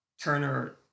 Turner